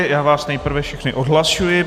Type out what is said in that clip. Já vás nejprve všechny odhlašuji.